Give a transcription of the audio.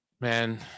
man